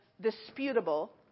disputable